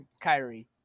Kyrie